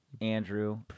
Andrew